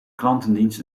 klantendienst